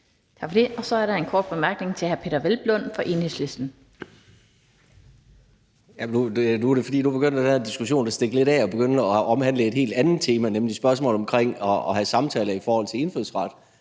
Så er der en kort bemærkning til hr. Peder Hvelplund fra Enhedslisten. Kl. 20:07 Peder Hvelplund (EL): Nu begynder den her diskussion at stikke lidt af og omhandle et helt andet tema, nemlig spørgsmålet om at have samtaler i forhold til indfødsret.